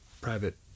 private